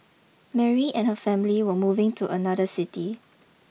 Mary and her family were moving to another city